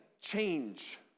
change